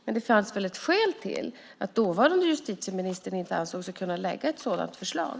Det fanns antagligen ett skäl till att dåvarande justitieministern inte ansåg sig kunna lägga fram ett sådant förslag.